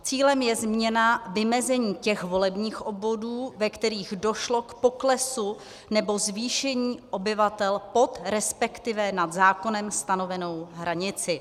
Cílem je změna vymezení těch volebních obvodů, ve kterých došlo k poklesu nebo zvýšení obyvatel pod, resp. nad zákonem stanovenou hranici.